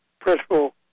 principal